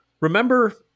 Remember